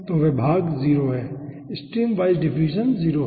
तो वह भाग 0 है ठीक है स्ट्रीम वाइज डिफ्यूजन 0 है